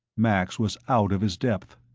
max was out of his depth.